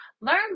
Learn